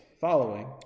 following